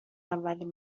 اول